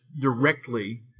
directly